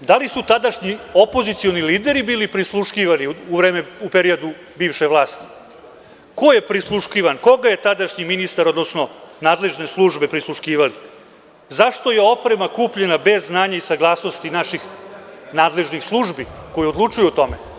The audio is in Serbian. da li su tadašnji opozicioni lideri bili prisluškivani u periodu bivše vlasti, ko je prisluškivan, koga je tadašnji ministar, odnosno nadležne službe prisluškivale, zašto je oprema kupljena bez znanja i saglasnosti naših nadležnih službi koje odlučuju o tome?